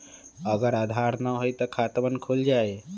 अगर आधार न होई त खातवन खुल जाई?